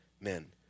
men